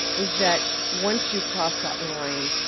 is that once you cross that line,